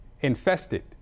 Infested